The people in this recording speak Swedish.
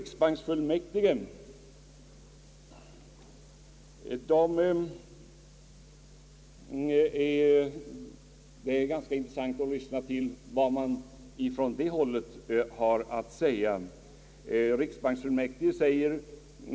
Det är ganska intressant att ta del av vad riksbanksfullmäktige säger.